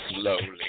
slowly